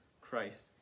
Christ